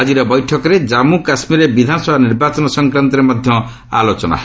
ଆଜିର ବୈଠକରେ ଜାମ୍ମୁ ଓ କାଶ୍ମୀରରେ ବିଧାନସଭା ନିର୍ବାଚନ ସଂକ୍ରାନ୍ତରେ ମଧ୍ୟ ଆଲୋଚନା ହେବ